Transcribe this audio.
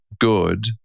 good